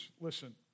listen